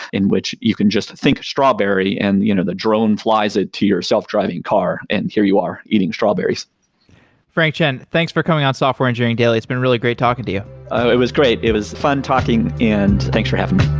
in which you can just think strawberry and you know the drone flies it to your self-driving car and here you are eating strawberries frank chen, thanks for coming on software engineering daily. it's been really great talking to you it was great. it was fun talking and thanks for having me